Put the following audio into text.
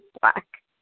black